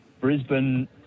Brisbane